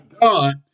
God